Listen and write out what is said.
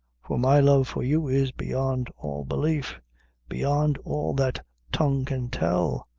for my love for you is beyond all belief beyond all that tongue can tell.